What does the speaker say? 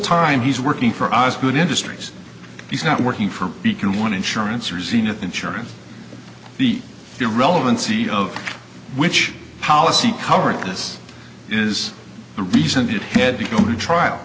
time he's working for us good industries he's not working for beacon one insurance or zenith insurance the irrelevancy of which policy coverage this is the reason it had to go to trial